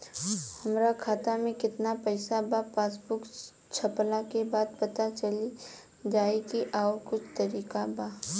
हमरा खाता में केतना पइसा बा पासबुक छपला के बाद पता चल जाई कि आउर कुछ तरिका बा?